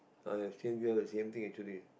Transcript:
ah ya same we have the same thing actually